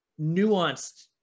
nuanced